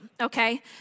okay